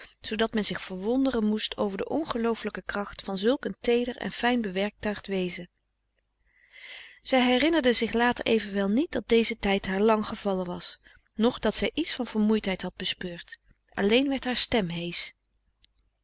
zoodat men zich verwonderen moest over de ongeloofelijke kracht van zulk een teeder en fijn bewerktuigd wezen zij herinnerde zich later evenwel niet dat deze tijd haar lang gevallen was noch dat zij iets van vermoeidfrederik van eeden van de koele meren des doods heid had bespeurd alleen werd haar stem heesch